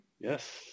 Yes